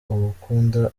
agukunda